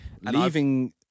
Leaving